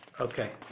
Okay